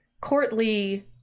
courtly